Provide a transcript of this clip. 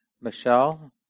Michelle